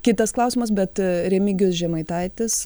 kitas klausimas bet remigijus žemaitaitis